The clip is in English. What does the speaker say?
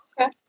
Okay